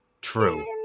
true